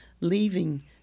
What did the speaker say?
leaving